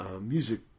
music